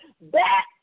back